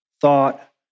thought